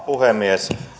puhemies